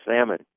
salmon